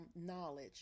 knowledge